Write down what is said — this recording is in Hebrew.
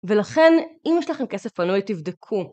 ולכן, אם יש לכם כסף פנוי, תבדקו.